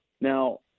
Now